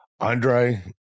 Andre